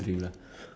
ya